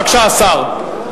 בבקשה, השר.